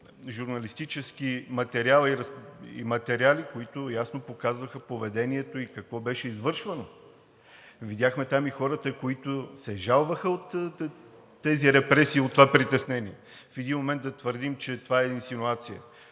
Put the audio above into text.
журналистически материала, които ясно показваха поведението и какво беше извършвано. Видяхме там и хората, които се жалваха от тези репресии, от това притеснение и в един момент да твърдим, че това е инсинуация?!